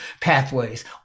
pathways